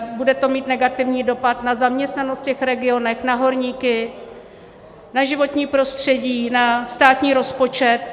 Bude to mít negativní dopad na zaměstnanost v těch regionech, na horníky, na životní prostředí, na státní rozpočet.